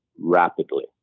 rapidly